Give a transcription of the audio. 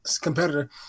competitor